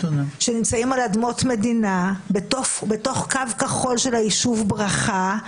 שנמצאים על אדמות מדינה בתוך קו כחול של היישוב ברכה,